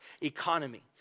economy